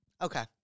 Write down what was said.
Okay